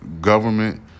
Government